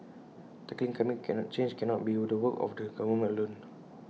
tackling climate change cannot be the work of the government alone